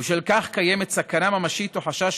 ובשל כך קיימת סכנה ממשית או חשש